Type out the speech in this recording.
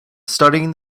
studying